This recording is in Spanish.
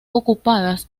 ocupadas